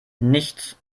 nichts